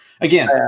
again